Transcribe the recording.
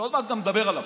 שעוד מעט נדבר גם עליו.